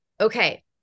okay